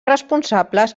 responsables